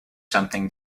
something